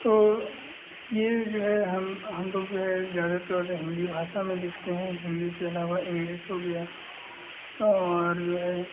तो यह जो है हम हम लोग जो है ज़्यादातर हिन्दी भाषा में लिखते हैं हिन्दी के अलावा इंग्लिश हो गया और जो है